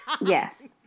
Yes